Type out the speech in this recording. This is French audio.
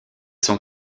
sont